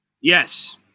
Yes